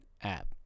app